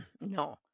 No